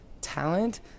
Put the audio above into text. talent